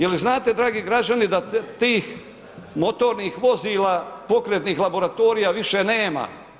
Je li znate dragi građani da tih motornih vozila pokretnih laboratorija više nema?